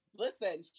listen